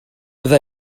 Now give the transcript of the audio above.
bydda